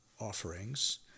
offerings